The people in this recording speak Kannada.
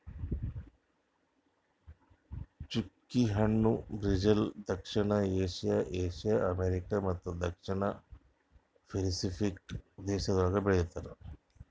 ಚ್ಚುಕಿ ಹಣ್ಣ ಬ್ರೆಜಿಲ್, ದಕ್ಷಿಣ ಏಷ್ಯಾ, ಏಷ್ಯಾ, ಅಮೆರಿಕಾ ಮತ್ತ ದಕ್ಷಿಣ ಪೆಸಿಫಿಕ್ ದೇಶಗೊಳ್ದಾಗ್ ಬೆಳಿತಾರ್